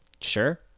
Sure